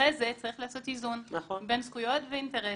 אחרי זה צריך לעשות איזון בין זכויות ואינטרסים,